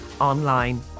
online